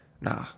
nah